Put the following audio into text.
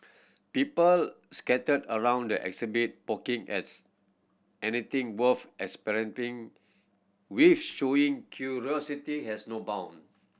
pupil scattered around the exhibit poking as anything worth experimenting with showing curiosity has no bound